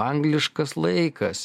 angliškas laikas